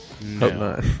No